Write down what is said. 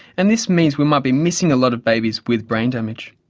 and this means we might be missing a lot of babies with brain damage.